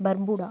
bermuda